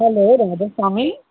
hello Radha Swami